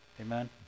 Amen